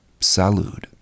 Salud